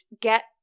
get